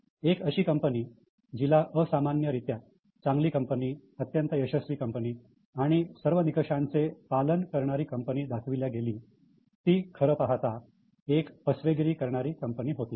एक अशी कंपनी जिला असामान्यरित्या चांगली कंपनी अत्यंत यशस्वी कंपनी आणि सर्व निकषांचे पालन करणारी कंपनी दाखवल्या गेली ती खरं पाहता एक फसवेगिरी करणारी कंपनी होती